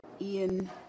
Ian